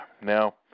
Now